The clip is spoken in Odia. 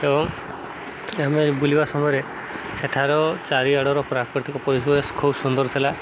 ଏବଂ ଆମେ ବୁଲିବା ସମୟରେ ସେଠାର ଚାରିଆଡ଼ର ପ୍ରାକୃତିକ ପରିସର ଖୁବ୍ ସୁନ୍ଦର ଥିଲା